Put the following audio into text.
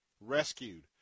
rescued